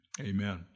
amen